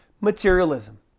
materialism